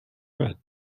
bread